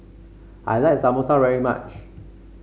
I like Samosa very much